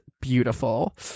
beautiful